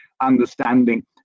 understanding